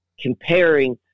comparing